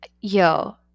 Yo